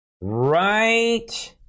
Right